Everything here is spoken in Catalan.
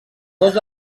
dos